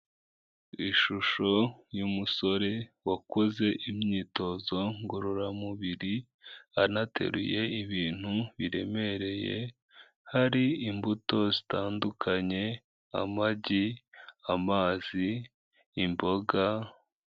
Ishusho y'umusore wakoze imyitozo ngororamubiri, anateruye ibintu biremereye, hari imbuto zitandukanye amagi amazi imboga.